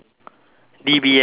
D_B_S eh